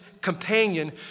companion